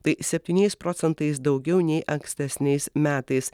tai septyniais procentais daugiau nei ankstesniais metais